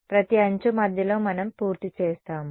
ప్రతి అంచు మధ్యలో మనం పూర్తి చేస్తాము